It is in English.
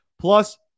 plus